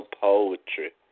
poetry